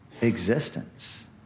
existence